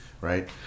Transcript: right